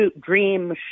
dream